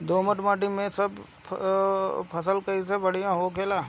दोमट माटी मै सब फसल काहे बढ़िया होला?